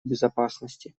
безопасности